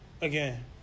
again